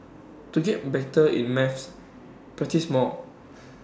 to get better in maths practise more